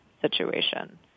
situation